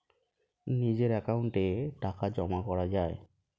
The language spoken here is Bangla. নিজের অ্যাকাউন্টে টাকা জমা করা যায়